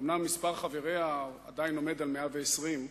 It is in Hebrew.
אומנם מספר חבריה עדיין עומד על 120,